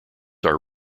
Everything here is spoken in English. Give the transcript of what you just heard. are